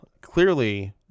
clearly